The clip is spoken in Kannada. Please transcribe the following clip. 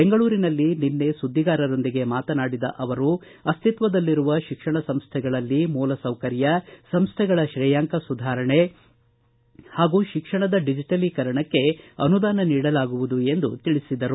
ಬೆಂಗಳೂರಿನಲ್ಲಿ ನಿನ್ನೆ ಸುದ್ದಿಗಾರರೊಂದಿಗೆ ಮಾತನಾಡಿದ ಅವರು ಅಸ್ಕಿತ್ವದಲ್ಲಿರುವ ಶಿಕ್ಷಣ ಸಂಸ್ಟೆಗಳಲ್ಲಿ ಮೂಲಸೌಕರ್ಯ ಸಂಸ್ಟೆಗಳ ಶ್ರೇಯಾಂಕ ಸುಧಾರಣೆ ಹಾಗೂ ಶಿಕ್ಷಣದ ಡಿಜಿಟಲೀಕರಣಕ್ಕೆ ಅನುದಾನ ನೀಡಲಾಗುವುದು ಎಂದು ತಿಳಿಸಿದರು